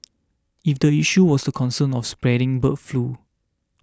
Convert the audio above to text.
if the issue was the concern of spreading bird flu